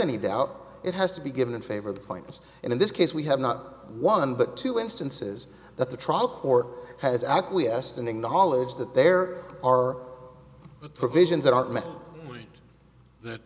any doubt it has to be given in favor of the plaintiffs in this case we have not one but two instances that the trial court has acquiesced and acknowledge that there are provisions that aren't met that